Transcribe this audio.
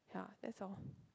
yeah that's all